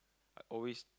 I always